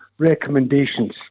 recommendations